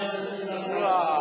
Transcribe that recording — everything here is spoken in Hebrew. ראש ממשלתנו.